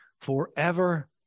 forever